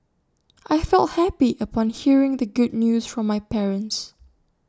I felt happy upon hearing the good news from my parents